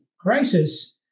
crisis